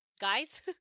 Guys